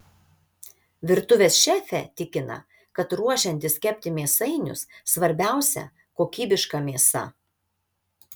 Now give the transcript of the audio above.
virtuvės šefė tikina kad ruošiantis kepti mėsainius svarbiausia kokybiška mėsa